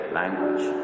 language